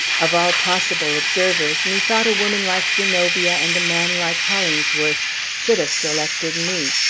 of all possible observers, methought a woman like zenobia and a man like hollingsworth should have selected me.